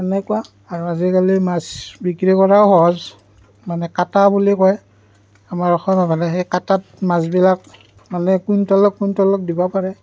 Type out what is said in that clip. সেনেকুৱা আৰু আজিকালি মাছ বিক্ৰী কৰাও সহজ মানে কাটা বুলি কয় আমাৰ অসমীয়া মানুহে সেই কাটাত মাছবিলাক মানে কুইণ্টলত কুইণ্টলত দিব পাৰে